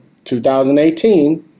2018